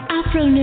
Afro